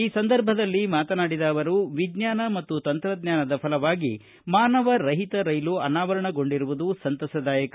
ಈ ಸಂದರ್ಭದಲ್ಲಿ ಮಾತನಾಡಿದ ಅವರು ವಿಜ್ಞಾನ ಮತ್ತು ತಂತ್ರಜ್ಞಾನದ ಫಲವಾಗಿ ಮಾನವ ರಹಿತ ರೈಲು ಅನಾವರಣಗೊಂಡಿರುವುದು ಸಂತಸದಾಯಕ